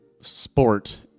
sport